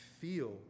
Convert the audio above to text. feel